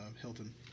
Hilton